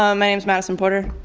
um my name is madison porter